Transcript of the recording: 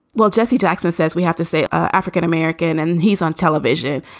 well, jesse jackson says we have to say african-american. and he's on television.